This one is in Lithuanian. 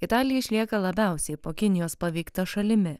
italija išlieka labiausiai po kinijos paveikta šalimi